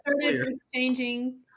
exchanging